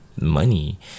money